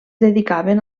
dedicaven